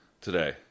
today